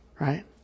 Right